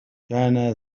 كان